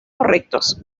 correctos